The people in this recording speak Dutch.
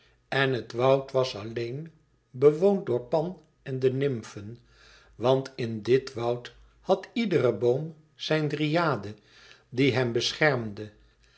en het woud was alleen bewoond door pan en de nymfen want in dit woud had iedere boom zijne dryade die hem beschermde